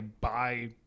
buy